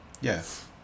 Yes